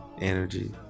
energy